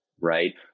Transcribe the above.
right